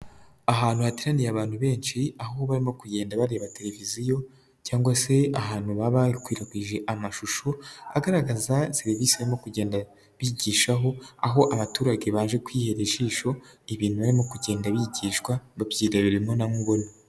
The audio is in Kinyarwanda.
Ahantu hateraniye abantu benshi. Aho barimo kugenda bareba televiziyo cyangwa se ahantu baba bakwirakwije amashusho. Agaragaza serivisi barimo kugenda bigishaho. Aho abaturage baje kwihera ijisho, ibintu barimo kugenda bigishwa, babyirebera imbonankubone.